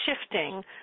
shifting